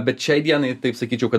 bet šiai dienai taip sakyčiau kad